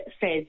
says